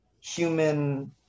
human